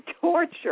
torture